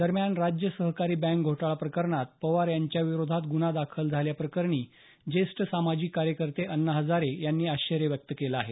दरम्यान राज्य सहकारी बँक घोटाळा प्रकरणात पवार यांच्याविरोधात ग्रन्हा दाखल झाल्या प्रकरणी ज्येष्ठ सामाजिक कार्यकर्ते अण्णा हजारे यांनी आश्चर्य व्यक्त केलं आहे